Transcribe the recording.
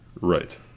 Right